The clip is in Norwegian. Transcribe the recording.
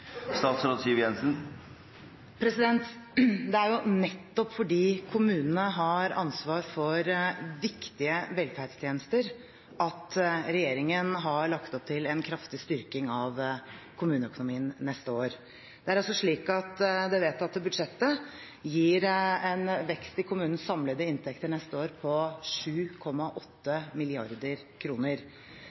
Det er nettopp fordi kommunene har ansvar for viktige velferdstjenester at regjeringen har lagt opp til en kraftig styrking av kommuneøkonomien neste år. Det er slik at det vedtatte budsjettet gir en vekst i kommunenes samlede inntekter for neste år på 7,8